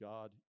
God